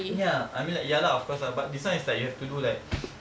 ya I mean like ya lah of course lah but this one is like you have to do like